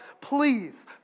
Please